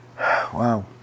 wow